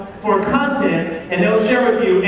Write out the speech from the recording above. for content, and they'll share with you,